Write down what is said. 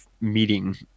meeting